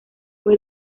fue